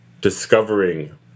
discovering